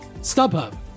StubHub